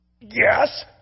Yes